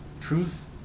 truth